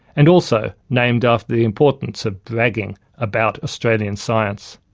and also named after the importance of bragging about australian science.